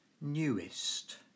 newest